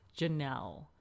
Janelle